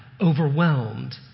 overwhelmed